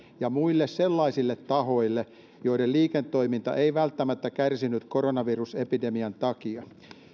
ja muille sellaisille tahoille joiden liiketoiminta ei välttämättä kärsinyt koronavirusepidemian takia